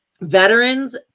veterans